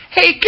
Hey